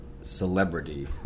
celebrity